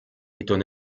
étant